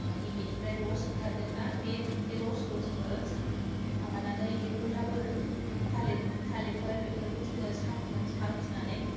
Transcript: आमफायनि बेनिफाय रस आंखारगोन ना बे रसखौ जोङो माबानानै बे खलथाफोर थालेत फोर बेफोरखौ जोङो सा साखिनानै